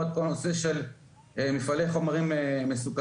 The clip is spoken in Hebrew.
את כל הנושא של מפעלים חומרים מסוכנים.